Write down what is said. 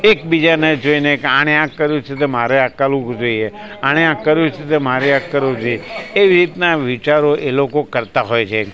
એકબીજાને જોઈને કે આણે આ કર્યું છે તે મારે આ કરવું જોઈએ આણે આ કર્યું છે તો મારે આ કરવું જોઈએ એવી રીતના વિચારો એ લોકો કરતા હોય છે